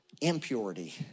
impurity